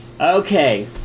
Okay